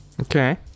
Okay